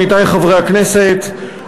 עמיתי חברי הכנסת,